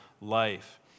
life